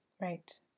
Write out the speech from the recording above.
Right